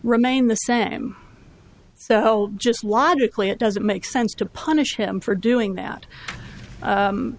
remain the same so just logically it doesn't make sense to punish him for doing that